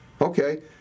Okay